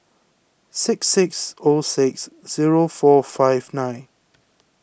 six six O six zero four five nine